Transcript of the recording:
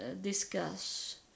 discuss